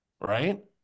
right